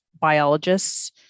biologists